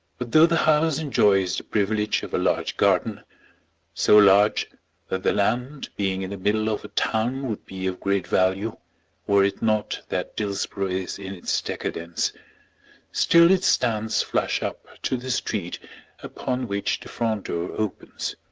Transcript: but though the house enjoys the privilege of a large garden so large that the land being in the middle of a town would be of great value were it not that dillsborough is in its decadence still it stands flush up to the street upon which the front door opens.